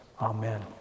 Amen